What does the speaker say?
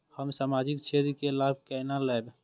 हम सामाजिक क्षेत्र के लाभ केना लैब?